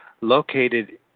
located